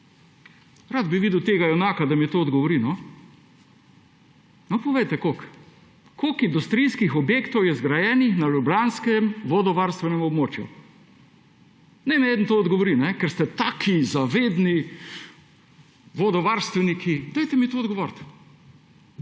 Rad bi videl tega junaka, da mi to odgovori, no. No, povejte, koliko! Koliko industrijskih objektov je zgrajen na ljubljanskem vodovarstvenem območju? Naj mi eden odgovori, ker ste taki zavedni vodovarstveniki. Odgovorite